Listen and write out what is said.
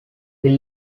will